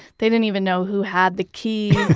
they didn't even know who had the key.